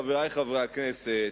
חברי חברי הכנסת,